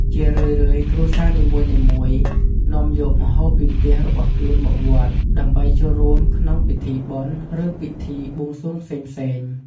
ជារឿយៗ គ្រួសារនីមួយៗនាំយកម្ហូបពីផ្ទះរបស់ខ្លួនមកវត្ត ដើម្បីចូលរួមក្នុងពិធីបុណ្យ ឬពិធីបួងសួងផ្សេងៗ។